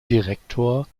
direktor